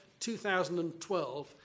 2012